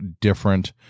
different